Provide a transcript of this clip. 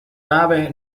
nave